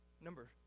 Number